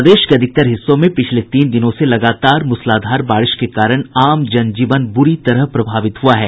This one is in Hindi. प्रदेश के अधिकतर हिस्सों में पिछले तीन दिनों से लगातार मूसलाधार बारिश के कारण आम जन जीवन बुरी तरह प्रभावित हुआ है